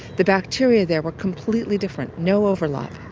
the bacteria there were completely different, no overlap.